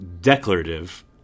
declarative